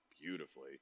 beautifully